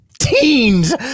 teens